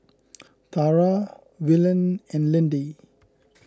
Tara Willene and Lindy